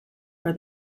for